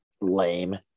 Lame